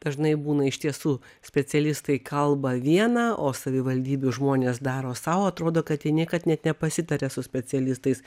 dažnai būna iš tiesų specialistai kalba viena o savivaldybių žmonės daro sau atrodo kad jie niekad net nepasitaria su specialistais